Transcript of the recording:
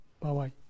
Bye-bye